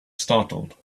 startled